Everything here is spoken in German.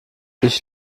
ich